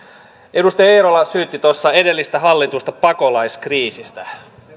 edustaja eerola syytti edellistä hallitusta pakolaiskriisistä